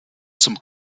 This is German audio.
zum